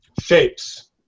shapes